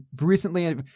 recently